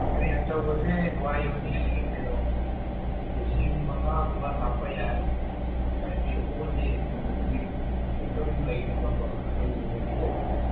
ꯒꯥꯔꯤ ꯑꯆꯧꯕꯁꯦ ꯋꯥꯏꯕꯗꯤ ꯀꯩꯅꯣ ꯂꯤꯁꯤꯡ ꯃꯉꯥꯒꯨꯝꯕ ꯂꯥꯛꯄ ꯌꯥꯏ ꯍꯥꯏꯕꯗꯤ ꯍꯣꯜ ꯗꯦ ꯀꯩꯅꯣ ꯅꯨꯃꯤꯠ ꯑꯗꯨꯝ ꯂꯩꯅꯦꯕꯀꯣ ꯑꯗꯨꯒꯤ ꯅꯨꯃꯤꯠꯁꯦ